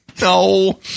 No